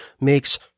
makes